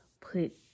put